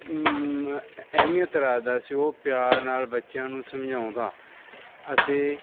ਅਹਿਮੀਅਤ ਰੱਖਦਾ ਸੀ ਉਹ ਪਿਆਰ ਨਾਲ ਬੱਚਿਆਂ ਨੂੰ ਸਮਝਾਉਂਦਾ ਅਤੇ